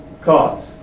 cost